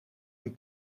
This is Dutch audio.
een